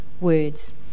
words